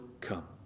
come